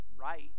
right